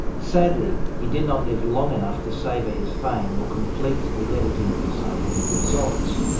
sadly he did not live long enough to savour his fame or complete the editing of his scientific results.